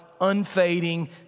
unfading